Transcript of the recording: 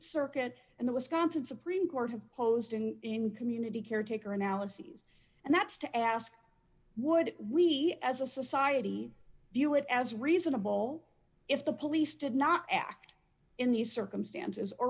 circuit and the wisconsin supreme court have posed in in community caretaker analyses and that's to ask would we as a society view it as reasonable if the police did not act in these circumstances or